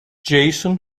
jason